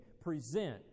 present